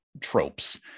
tropes